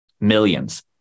millions